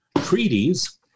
treaties